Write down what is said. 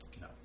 No